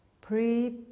breathe